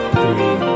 three